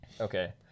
Okay